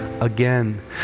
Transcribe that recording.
again